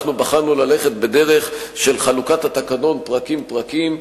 בחרנו ללכת בדרך של חלוקת התקנון לפרקים-פרקים,